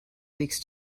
weeks